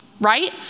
right